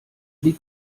die